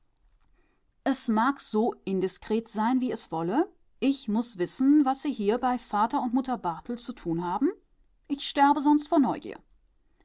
es mag so indiskret sein wie es wolle ich muß wissen was sie hier bei vater und mutter barthel zu tun haben ich sterbe sonst vor neugier